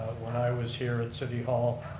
when i was here at city hall.